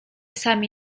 sami